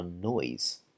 noise